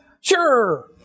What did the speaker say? Sure